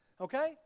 Okay